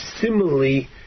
Similarly